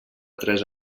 tres